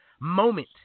moment